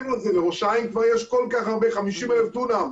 לראש העין כבר יש כל כך הרבה, 50,000 דונם.